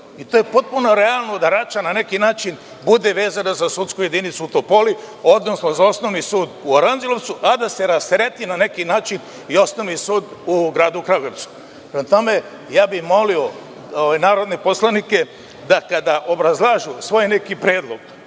To je potpuno realno da Rača na neki način bude vezana za sudsku jedinicu u Topoli, odnosno za Osnovni sud u Aranđelovcu, a da se rastereti, na neki način, i osnovni sud u Gradu Kragujevcu. Prema tome, molio bih narodne poslanike da kada obrazlažu svoj neki predlog,